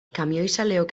kamioizaleok